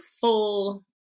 full